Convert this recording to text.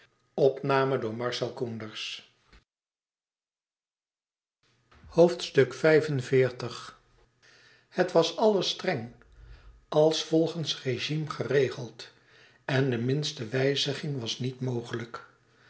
het was alles streng als volgens régime geregeld en de minste wijziging was niet mogelijk